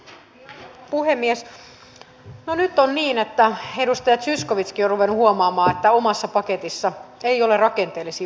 no nyt on niin että edustaja zyskowiczkin on ruvennut huomaamaan että omassa paketissa ei ole rakenteellisia uudistuksia